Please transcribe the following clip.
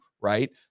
right